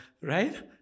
Right